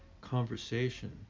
conversation